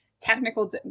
technical